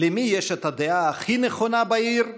למי יש את הדעה הכי נכונה בעיר?